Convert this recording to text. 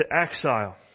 exile